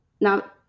now